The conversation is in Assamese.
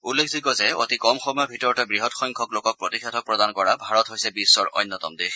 উল্লেখযোগ্য যে অতি কম সময়ৰ ভিতৰতে বৃহৎ সংখ্যক লোকক প্ৰতিষেধক প্ৰদান কৰা ভাৰত হৈছে বিশ্বৰ অন্যতম দেশ